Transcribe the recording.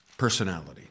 Personality